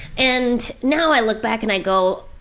and now i look back and i go,